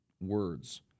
words